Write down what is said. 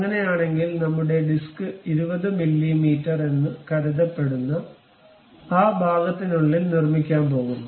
അങ്ങനെയാണെങ്കിൽ നമ്മളുടെ disc 20 millimetre എന്ന് കരുതപ്പെടുന്ന ആ ഭാഗത്തിനുള്ളിൽ നിർമ്മിക്കാൻ പോകുന്നു